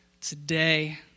today